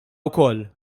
wkoll